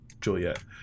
juliet